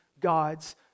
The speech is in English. God's